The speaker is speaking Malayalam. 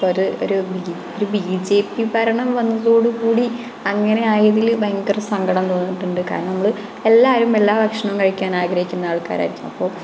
ഇപ്പോൾ ഒരു ഒരു ബി ജെ പി ഭരണം വന്നതോടു കൂടി അങ്ങനെയായതിൽ ഭയങ്കര സങ്കടം തോന്നിയിട്ടുണ്ട് കാരണം നമ്മൾ എല്ലാവരും എല്ലാ ഭക്ഷണവും കഴിക്കാനാഗ്രഹിക്കുന്ന ആൾക്കാരായിരിക്കും അപ്പോൾ